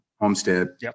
Homestead